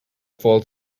full